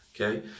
okay